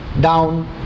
down